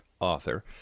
author